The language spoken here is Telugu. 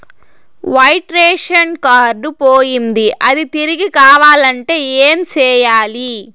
వైట్ రేషన్ కార్డు పోయింది అది తిరిగి కావాలంటే ఏం సేయాలి